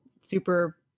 super